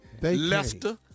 Lester